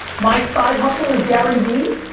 my side hustle is garyvee,